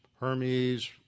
Hermes